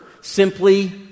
simply